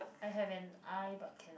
I have an eye but cannot